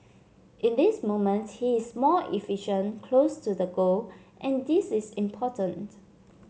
in this moment he is more efficient close to the goal and this is important